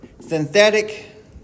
synthetic